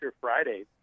Friday